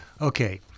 Okay